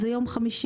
הוא יום חמישי.